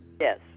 Yes